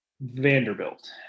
Vanderbilt